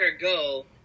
go